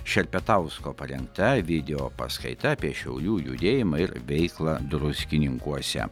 šerpetausko paremta video paskaita apie šiaulių judėjimą ir veiklą druskininkuose